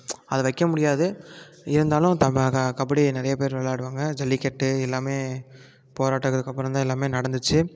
அது வைக்க முடியாது இருந்தாலும் க கபடியை நிறைய பேர் விளாடுவாங்க ஜல்லிக்கட்டு எல்லாமே போராட்டத்துக்கப்புறோம் தான் எல்லாமே நடந்துச்சு